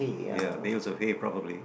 ya bails okay probably